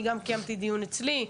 אני גם קיימתי דיון אצלי.